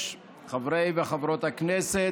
הכנסת,